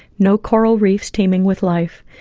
no coral reefs teeming with life.